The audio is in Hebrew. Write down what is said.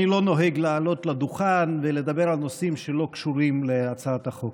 אני לא נוהג לעלות לדוכן ולדבר על נושאים שלא קשורים להצעת החוק,